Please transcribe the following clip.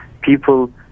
People